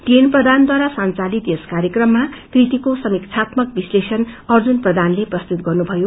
TN प्रधानद्वारा संचालित यस ाकार्यक्रममा कृतिको समीक्षात्मक विश्लेषण अर्जुन प्रधानले प्रस्तुत गर्नुभयो